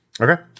Okay